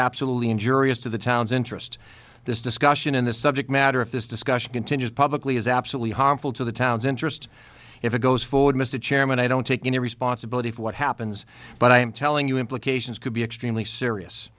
absolutely injurious to the town's interest this discussion in the subject matter if this discussion continues publicly is absolutely harmful to the town's interest if it goes forward mr chairman i don't take any responsibility for what happens but i am telling you implications could be extremely serious